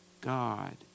God